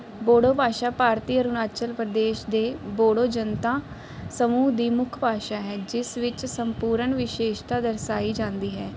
ਬੋਡੋ ਭਾਸ਼ਾ ਭਾਰਤੀ ਅਰੁਣਾਚਲ ਪ੍ਰਦੇਸ਼ ਦੇ ਬੋਡੋ ਜਨਤਾ ਸਮੂਹ ਦੀ ਮੁੱਖ ਭਾਸ਼ਾ ਹੈ ਜਿਸ ਵਿੱਚ ਸੰਪੂਰਨ ਵਿਸ਼ੇਸ਼ਤਾ ਦਰਸਾਈ ਜਾਂਦੀ ਹੈ